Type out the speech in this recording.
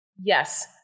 Yes